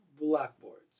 blackboards